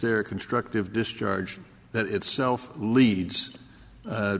there a constructive discharge that itself leads